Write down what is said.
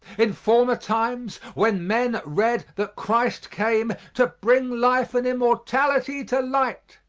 in former times when men read that christ came to bring life and immortality to light,